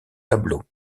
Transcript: tableaux